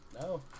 No